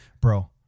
bro